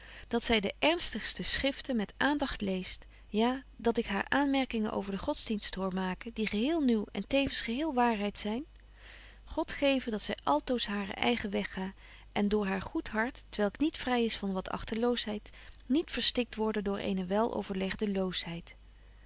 dat zy de ernstigste schriften met aandagt leest ja dat ik haar aanmerkingen over den godsdienst hoor maken die geheel nieuw en tevens geheel waarheid zyn god geve betje wolff en aagje deken historie van mejuffrouw sara burgerhart dat zy altoos haren eigen weg ga en door haar goed hart t welk niet vry is van wat achteloosheid niet verstikt worde door eene wel